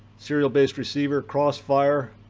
serial based receiver, crossfire.